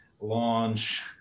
launch